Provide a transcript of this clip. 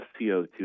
CO2